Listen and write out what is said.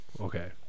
Okay